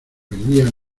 perdía